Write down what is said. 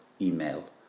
email